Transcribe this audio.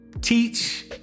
teach